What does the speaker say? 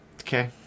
Okay